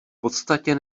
podstatě